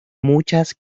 muchas